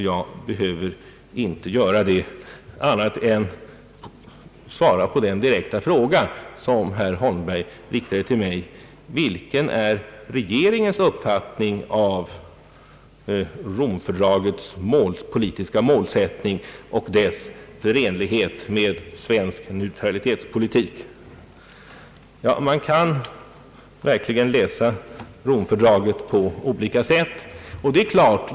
Jag behöver därför inte göra det på annat sätt än att jag svarar på den direkta fråga, som herr Holmberg riktade till mig: Vilken är regeringens uppfattning av Rom-fördragets politiska målsättning och dess förenlighet med svensk neutralitetspolitik? Ja, man kan verkligen läsa Romfördraget på olika sätt.